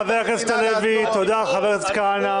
תודה, חבר הכנסת הלוי, תודה חבר הכנסת כהנא.